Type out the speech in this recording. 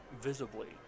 visibly